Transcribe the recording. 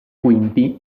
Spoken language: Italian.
quindi